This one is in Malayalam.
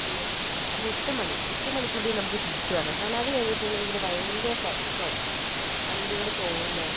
പിന്നെ ഒരെട്ട് മണി എട്ട് മണിക്കുള്ളിൽ നമുക്ക് തിരിച്ച് വരണം കാരണം അത് കഴിഞ്ഞിട്ടുണ്ടെങ്കിൽ ഭയങ്കര തിരക്കായിരിക്കും വണ്ടികൾ പോവുന്നത്